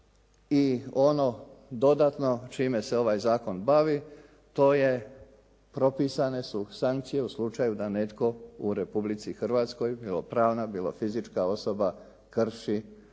I ono dodatno čime se ovaj zakon bavi to je, propisane su sankcije u slučaju da netko u Republici Hrvatskoj bilo pravna, bilo fizička osoba krši